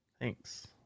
thanks